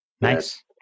Nice